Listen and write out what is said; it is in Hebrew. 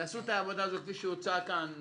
תעשו את העבודה הזאת כפי שהוצע כאן,